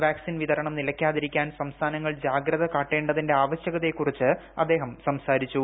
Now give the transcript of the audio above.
vaccine വിതരണം നിലയ്ക്കാതിരിക്കാൻ സംസ്ഥാനങ്ങൾ ജാഗ്രത കാട്ടേണ്ടതിന്റെ ആവശ്യകതയെക്കുറിച്ച് അദ്ദേഹം സംസാരിച്ചു